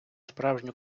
справжню